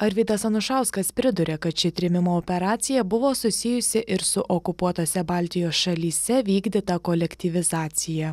arvydas anušauskas priduria kad ši trėmimo operacija buvo susijusi ir su okupuotose baltijos šalyse vykdyta kolektyvizacija